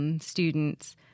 students